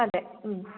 അതെ